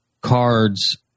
cards